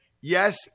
Yes